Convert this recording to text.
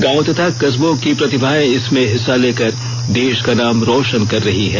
गांवों तथा कस्बों की प्रतिभाएं इसमें हिस्सा लेकर देश का नाम रौशन कर रही हैं